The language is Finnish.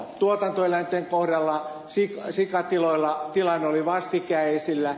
tuotantoeläinten kohdalla sikatiloilla tilanne oli vastikään esillä